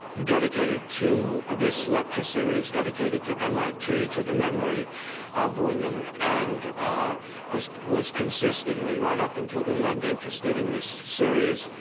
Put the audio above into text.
dedicated to this lecture series, dedicated to mit, to the memory of william, and ah was was consistently, right up until the end, interested in this series,